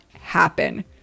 happen